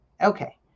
Okay